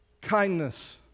kindness